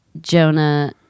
Jonah